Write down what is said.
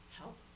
help